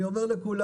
אני אומר לכולם,